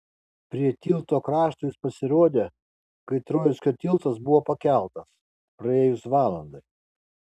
prie tilto krašto jis pasirodė kai troickio tiltas buvo pakeltas praėjus valandai